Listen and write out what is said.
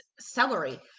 celery